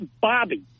Bobby